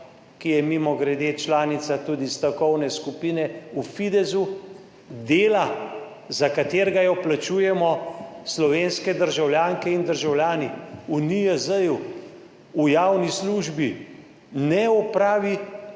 ki je mimogrede članica tudi stavkovne skupine v Fidesu, dela, za katerega jo plačujemo slovenske državljanke in državljani v NIJZ, v javni službi, ne opravi,